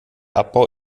abbau